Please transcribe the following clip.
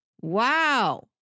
wow